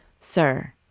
Sir